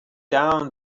down